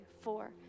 four